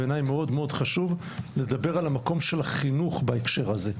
בעיניי מאוד מאוד חשוב לדבר על המקום של החינוך בהקשר הזה.